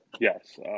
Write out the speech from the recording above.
Yes